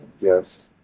Yes